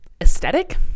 aesthetic